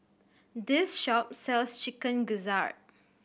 this shop sells Chicken Gizzard